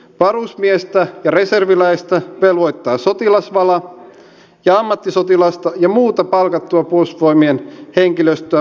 varusmiestä ja reserviläistä velvoittaa sotilasvala ja ammattisotilasta ja muuta palkattua puolustusvoimien henkilöstöä velvoittaa virkavala